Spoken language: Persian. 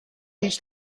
هیچ